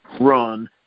run